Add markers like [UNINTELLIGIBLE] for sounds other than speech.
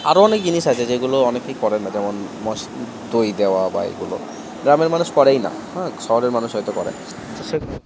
আরও অনেক জিনিস আছে যেগুলো অনেকেই করে না যেমন মশলা দই দেওয়া বা এইগুলো গ্রামের মানুষ করেই না হ্যাঁ শহরের মানুষ হয়তো করে তো [UNINTELLIGIBLE]